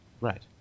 right